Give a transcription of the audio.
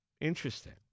Interesting